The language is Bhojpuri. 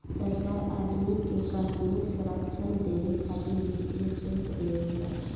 सरकार आदमी के क़ानूनी संरक्षण देबे खातिर वित्तीय शुल्क लेवे ला